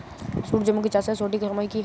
সূর্যমুখী চাষের সঠিক সময় কি?